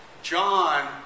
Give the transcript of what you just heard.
John